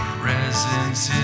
presence